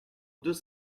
deux